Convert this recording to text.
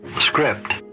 script